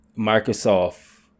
Microsoft